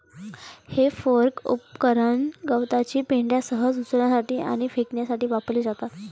हे फोर्क उपकरण गवताची पेंढा सहज उचलण्यासाठी आणि फेकण्यासाठी वापरली जातात